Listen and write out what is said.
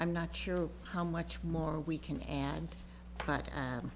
i'm not sure how much more we can add but